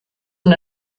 und